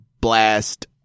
blast